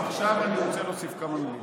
עכשיו אני רוצה להוסיף כמה מילים.